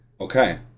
Okay